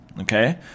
okay